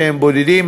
שהם בודדים,